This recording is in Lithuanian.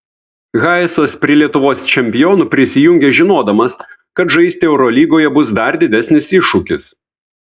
hayesas prie lietuvos čempionų prisijungė žinodamas kad žaisti eurolygoje bus dar didesnis iššūkis